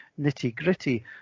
nitty-gritty